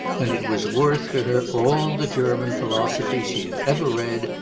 and it was worth to her all the german philosophy she had ever read,